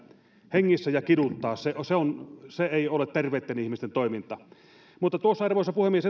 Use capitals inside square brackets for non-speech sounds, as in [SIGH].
hengissä ja kiduttaa se ei ole terveitten ihmisten toimintaa mutta arvoisa puhemies [UNINTELLIGIBLE]